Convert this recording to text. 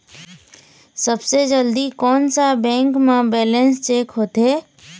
सबसे जल्दी कोन सा बैंक म बैलेंस चेक होथे?